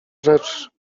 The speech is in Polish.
rzecz